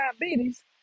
diabetes